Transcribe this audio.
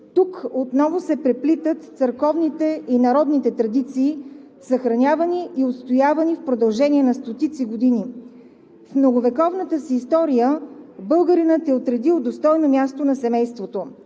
Тук отново се преплитат църковните и народните традиции, съхранявани и отстоявани в продължение на стотици години. В многовековната си история българинът е отредил достойно място на семейството.